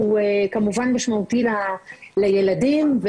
שהוא כמובן משמעותי לילדים,